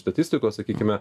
statistikos sakykime